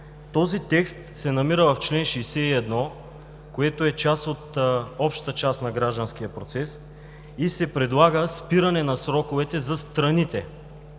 Този текст се намира в чл. 61, което е част от общата част на гражданския процес и се предлага спиране на сроковете за страните.